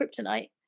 kryptonite